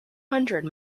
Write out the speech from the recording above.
hundred